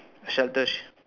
shelters